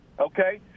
Okay